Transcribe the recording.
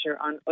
on